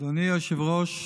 אדוני היושב-ראש,